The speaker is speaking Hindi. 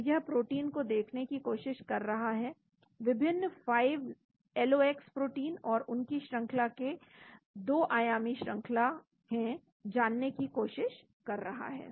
तो यह प्रोटीन को देखने की कोशिश कर रहा है विभिन्न 5LOX प्रोटीन और उनकी श्रंखला जो कि 2 आयामी श्रंखला है जानने की कोशिश कर रहा है